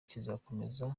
kizakomeza